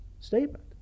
statement